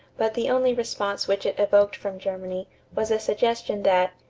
but the only response which it evoked from germany was a suggestion that,